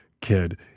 kid